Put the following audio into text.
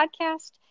Podcast